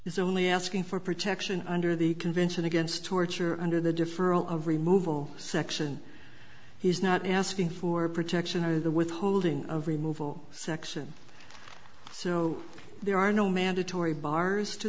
is only asking for protection under the convention against torture under the deferral of remove all section he's not asking for protection either the withholding of removal section so there are no mandatory bars to